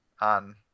on